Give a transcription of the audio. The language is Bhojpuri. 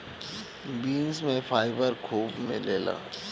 बीन्स में फाइबर खूब मिलेला